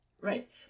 Right